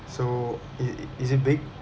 so i~ is it big